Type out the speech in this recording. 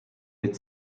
mit